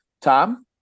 Tom